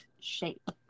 shape